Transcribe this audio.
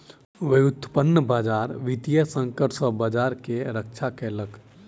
व्युत्पन्न बजार वित्तीय संकट सॅ बजार के रक्षा केलक